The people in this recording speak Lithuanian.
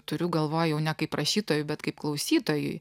turiu galvoj jau ne kaip rašytojui bet kaip klausytojui